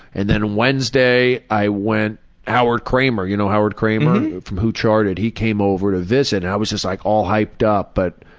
and then wednesday i went howard kramer, you know howard kramer? mm-hmmm. who charted? he came over to visit and i was just like all hyped up but,